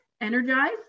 Energize